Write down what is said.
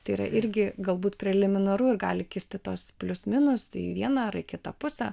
tai yra irgi galbūt preliminaru ir gali kisti tos plius minus į vieną ar kitą pusę